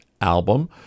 album